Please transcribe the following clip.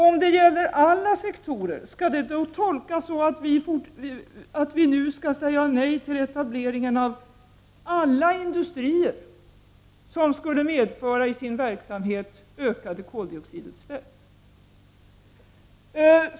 Om det gäller alla sektorer, skall det då tolkas så att vi nu skall säga nej till etableringen av alla industrier som genom sin verksamhet skulle bidra till ökade koldioxidutsläpp?